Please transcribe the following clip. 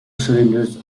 cylinders